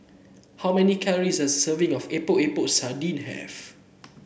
how many calories does a serving of Epok Epok Sardin have